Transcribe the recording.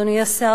אדוני השר,